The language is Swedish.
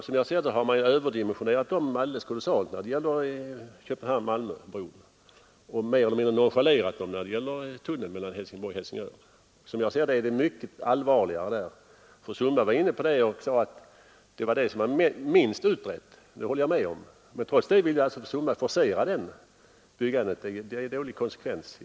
Som jag ser det har man överdimensionerat dem alldeles kolossalt när det gäller Köpenhamn— Malmöbron och mer eller mindre nonchalerat dem när det gäller tunneln Helsingborg—-Helsingör. Enligt min mening är miljöproblemen mycket allvarligare där. Fru Sundberg var inne på att det alternativet var minst utrett. Det håller jag med om. Men trots det ville fru Sundberg forcera byggandet där. Det är dålig konsekvens.